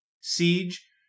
Siege